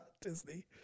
Disney